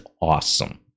awesome